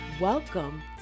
Welcome